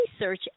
Research